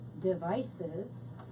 devices